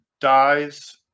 dies